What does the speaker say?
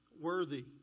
Worthy